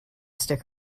stick